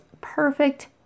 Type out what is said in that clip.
perfect